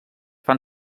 fan